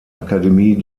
akademie